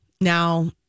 Now